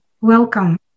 welcome